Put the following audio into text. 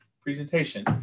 presentation